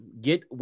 get